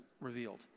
revealed